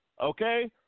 okay